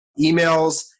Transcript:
emails